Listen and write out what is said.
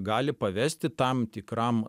gali pavesti tam tikram